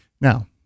Now